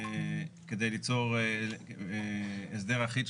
כדי ליצור הסדר אחיד,